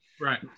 right